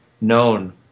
known